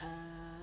err